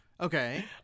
Okay